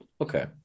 Okay